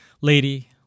Lady